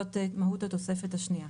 זאת מהות התוספת השנייה.